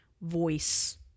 voice